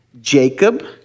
jacob